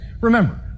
Remember